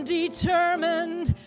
determined